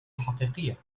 حقيقية